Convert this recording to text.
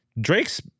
Drake's